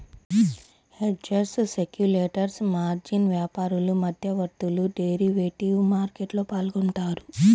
hedgers, speculators, margin వ్యాపారులు, మధ్యవర్తులు derivative మార్కెట్లో పాల్గొంటారు